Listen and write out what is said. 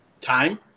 Time